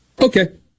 Okay